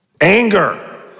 Anger